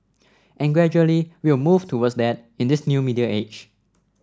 and gradually we'll move towards that in this new media age